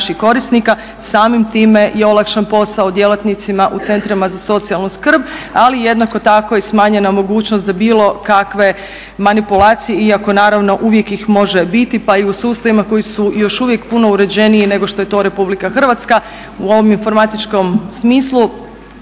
Samim time je olakšan posao djelatnicima u centrima za socijalnu skrb, ali jednako tako i smanjena mogućnost za bilo kakve manipulacije iako naravno uvijek ih može biti pa i u sustavima koji su još uvijek puno uređeniji nego što je to u Republika Hrvatska. U ovom informatičkom smislu